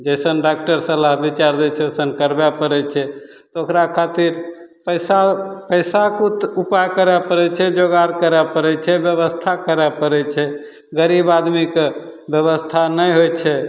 जइसन डाकटर सलाह विचार दै छै ओइसन करबै पड़ै छै ओकरा खातिर पइसा पइसाके किछु तऽ उपाय करै पड़ै छै जोगार करै पड़ै छै बेबस्था करै पड़ै छै गरीब आदमीके बेबस्था नहि होइ छै